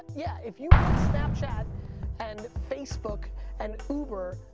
yeah, if you build snapchat and facebook and uber,